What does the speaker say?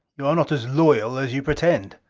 you are not as loyal as you pretend!